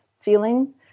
feeling